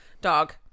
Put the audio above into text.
Dog